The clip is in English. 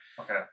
Okay